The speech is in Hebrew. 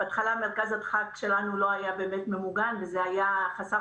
בהתחלה מרכז הדחק שלנו לא היה ממוגן וזה היה חסר